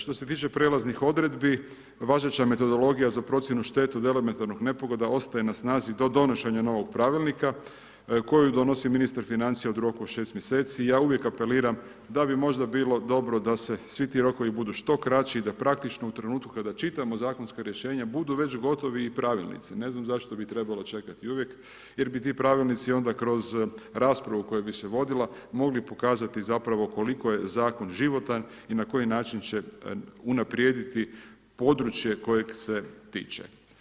Što se tiče prijelaznih odredbi, važeća metodologija za procjenu šteta od elementarnih nepogoda ostaje na snazi do donošenja novog pravilnika koji donosi ministar financija u roku od 6 mj., a ja uvijek apeliram da bi možda bilo dobro da svi ti rokovi budu što kraći, da praktično u trenutku kada čitamo zakonska rješenja budu već gotovi i pravilnici, ne znam zašto bi trebalo čekati jer bi ti pravilnici onda kroz raspravu koja bi se vodila, mogli pokazati zapravo koliko je zakon životan i na koji način će unaprijediti područje kojeg se tiče.